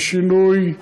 זה שינוי,